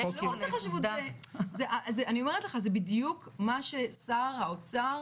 זה בדיוק מה ששר האוצר